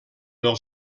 del